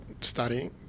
studying